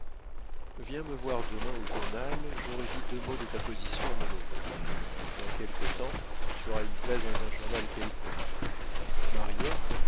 viens me voir demain au journal j'aurai dit deux mots de ta position à mon neveu dans quelque temps tu auras une place dans un journal quelconque